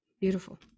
beautiful